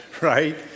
right